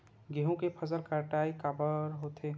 गेहूं के फसल कटाई काबर होथे?